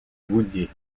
vouziers